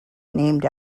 named